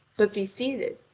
but be seated,